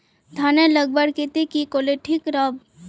धानेर लगवार केते की करले ठीक राब?